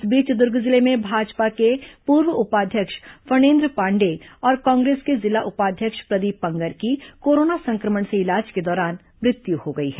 इस बीच दुर्ग जिले में भाजपा के पूर्व उपाध्यक्ष फणेन्द्र पांडेय और कांग्रेस के जिला उपाध्यक्ष प्रदीप पंगर की कोरोना संक्रमण से इलाज के दौरान मृत्यु हो गई है